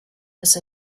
has